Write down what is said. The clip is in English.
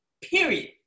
Period